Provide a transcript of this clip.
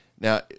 Now